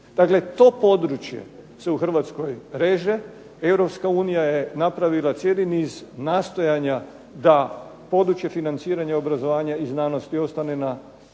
Dakle, to područje se u Hrvatskoj reže. Europska unija je napravila cijeli niz nastojanja da područje financiranja obrazovanja i znanosti ostane na